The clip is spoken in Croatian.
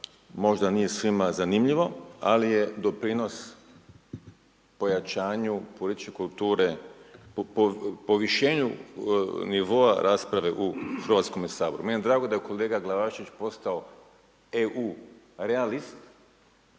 možda nije svima zanimljivo ali je doprinos pojačanju političke kulture, povišenju nivo rasprave u Hrvatskome saboru. Meni je drago da je kolega Glavašević postao EU realist